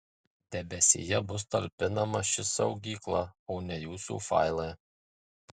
debesyje bus talpinama ši saugykla o ne jūsų failai